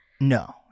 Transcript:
No